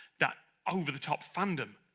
that over-the-top fandom,